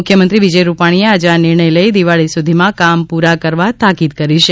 મુખ્યમંત્રી વિજય રૂપાણીએ આજે આ નિર્ણય લઇ દિવાળી સુધીમાં કામ પુરા કરવા તાકીદ કરી છે